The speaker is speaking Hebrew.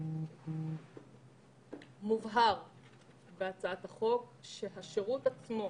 מובהר בהצעת החוק שהשירות עצמו